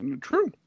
True